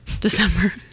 December